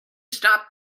stop